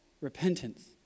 repentance